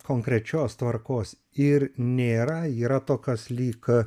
konkrečios tvarkos ir nėra yra to kas lyg